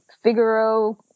Figaro